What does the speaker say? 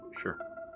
sure